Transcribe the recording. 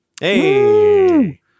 Hey